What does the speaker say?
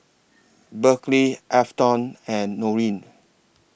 Berkley Afton and Norine